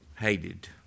Hated